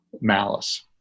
Malice